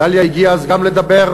דליה הגיעה אז גם לדבר,